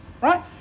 Right